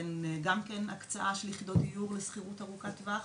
נותן גם כן הקצאה של יחידות דיור לשכירות ארוכת טווח